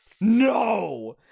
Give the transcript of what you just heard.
no